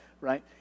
right